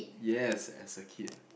yes as a kid